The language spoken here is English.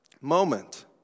moment